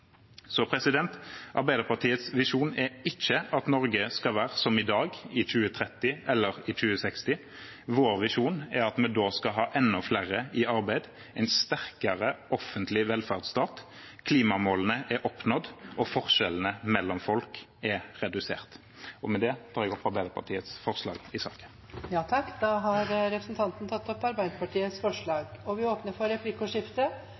Arbeiderpartiets visjon er ikke at Norge skal være som i dag i 2030 eller i 2060. Vår visjon er at vi da skal ha enda flere i arbeid, en sterkere offentlig velferdsstat, at klimamålene er oppnådd, og at forskjellene mellom folk er redusert. Med det tar jeg opp Arbeiderpartiets forslag i saken. Representanten Eigil Knutsen har tatt opp de forslagene han refererte til. Det blir replikkordskifte.